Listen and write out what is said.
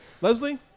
Leslie